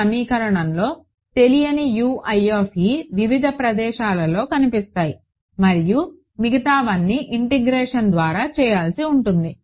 ఈ సమీకరణంలో తెలియని వివిధ ప్రదేశాలలో కనిపిస్తాయి మరియు మిగతావన్నీ ఇంటిగ్రేషన్ ద్వారా చేయాల్సి ఉంటుంది